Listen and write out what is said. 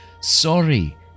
Sorry